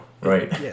right